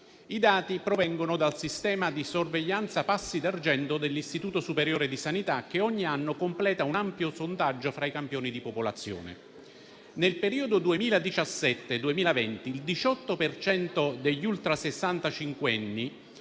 I dati provengono dal sistema di sorveglianza Passi d'argento dell'Istituto superiore di sanità, che ogni anno completa un ampio sondaggio fra campioni di popolazione. Nel periodo 2017-2020, il 18 per cento